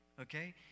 okay